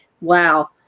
wow